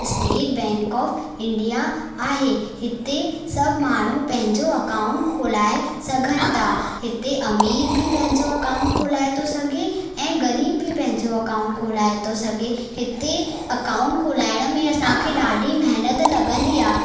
state bank of India आहे हिते सभु माण्हू पंहिंजो अकाऊंट खोलाए सघनि था हिते अमीरु बि पंहिंजो अकाऊंट खोलाए थो सघे ऐं ग़रीबु बि पंहिंजो अकाऊंट खोलाए थो सघे हिते अकाऊंट खोलाइण में असांखे ॾाढी महिनत लॻंदी आहे